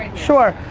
sure.